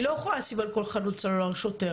היא לא יכולה לשים על כל חנות סלולר שוטר.